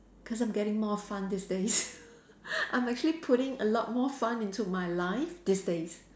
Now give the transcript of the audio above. because I'm getting more fun these days I'm actually putting a lot more fun into my life these days